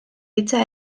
hitza